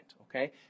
okay